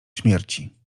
śmierci